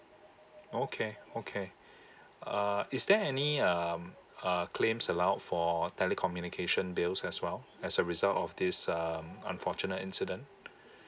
oh okay okay uh is there any um uh claims allowed for telecommunication bills as well as a result of this um unfortunate incident